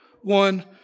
one